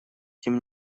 тем